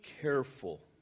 careful